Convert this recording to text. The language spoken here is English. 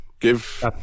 Give